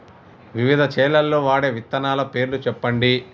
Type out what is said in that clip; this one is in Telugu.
వివిధ చేలల్ల వాడే విత్తనాల పేర్లు చెప్పండి?